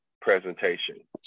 presentation